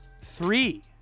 Three